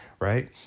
right